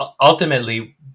ultimately